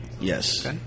Yes